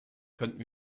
könnten